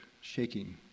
shaking